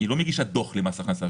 היא לא מגישה דוח למס הכנסה.